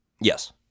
Yes